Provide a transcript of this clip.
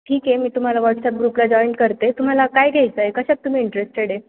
ठीक आहे मी तुम्हाला व्हाट्स अँप ग्रुप ला जॉईन करते तुम्हाला काय घ्यायचय कशात तुम्ही इंटरेस्टेड आहे